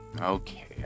okay